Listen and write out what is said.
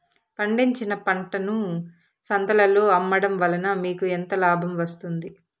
పండించిన పంటను సంతలలో అమ్మడం వలన మీకు ఎంత లాభం వస్తుంది?